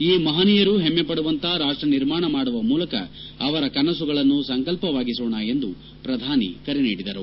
ಈ ಮಹನೀಯರು ಹೆಮ್ಮೆ ಪಡುವಂತಹ ರಾಷ್ಷ ನಿರ್ಮಾಣ ಮಾಡುವ ಮೂಲಕ ಅವರ ಕನಸುಗಳನ್ನು ಸಂಕಲ್ಪವಾಗಿಸೋಣ ಎಂದು ಪ್ರಧಾನಿ ಕರೆ ನೀಡಿದರು